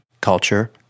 culture